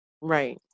Right